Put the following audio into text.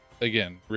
again